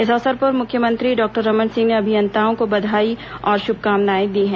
इस अवसर पर मुख्यमंत्री डॉक्टर रमन सिंह ने अभियंताओं को बधाई और शभकामनाएं दी हैं